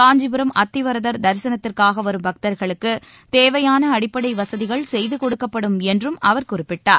காஞ்சிபுரம் அத்திவரதர் தரிசனத்திற்காக வரும் பக்தர்களுக்குத் தேவையான அடிப்படை வசதிகள் செய்து கொடுக்கப்படும் என்றும் அவர் குறிப்பிட்டார்